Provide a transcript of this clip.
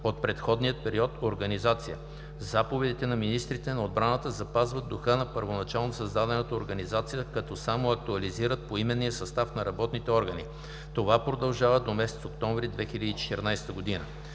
от предходния период организация. Заповедите на министрите на отбраната запазват духа на първоначално създадената организация като само актуализират поименния състав на работните органи. Това продължава до месец октомври 2014 г.